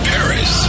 Paris